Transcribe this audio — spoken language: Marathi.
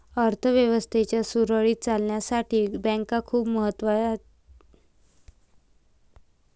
अर्थ व्यवस्थेच्या सुरळीत चालण्यासाठी बँका खूप महत्वाच्या आहेत